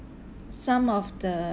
some of the